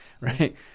right